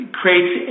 creates